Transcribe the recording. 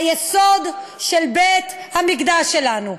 היסוד של בית-המקדש שלנו.